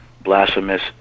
blasphemous